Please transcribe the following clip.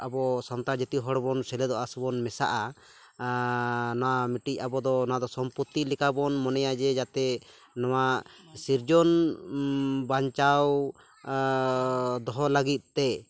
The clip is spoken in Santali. ᱟᱵᱚ ᱥᱟᱱᱛᱟᱲ ᱡᱟᱹᱛᱤ ᱦᱚᱲ ᱵᱚᱱ ᱥᱮᱞᱮᱫᱚᱜᱼᱟ ᱥᱮᱵᱚᱱ ᱢᱮᱥᱟᱜᱼᱟ ᱱᱚᱣᱟ ᱢᱤᱫᱴᱤᱡ ᱟᱵᱚᱫᱚ ᱱᱚᱣᱟ ᱫᱚ ᱥᱚᱢᱯᱚᱛᱛᱤ ᱞᱮᱠᱟᱵᱚᱱ ᱢᱚᱱᱮᱭᱟ ᱡᱮ ᱡᱟᱛᱮ ᱱᱚᱣᱟ ᱥᱤᱨᱡᱚᱱ ᱵᱟᱧᱪᱟᱣ ᱫᱚᱦᱚ ᱞᱟᱹᱜᱤᱫ ᱛᱮ